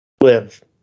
live